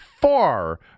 far